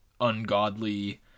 ungodly